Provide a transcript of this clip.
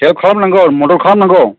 help खालामनांगौ मदद खालामनांगौ